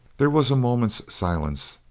there was a moment's silence,